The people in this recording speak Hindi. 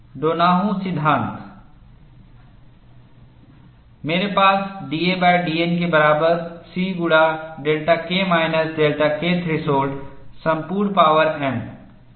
डोनाहु सिद्धांत मेरे पास dadN के बराबर C गुणा delta K minus delta K threshold संपूर्ण पावर M